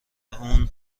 اون